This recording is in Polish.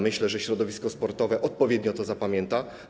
Myślę, że środowisko sportowe odpowiednio to zapamięta.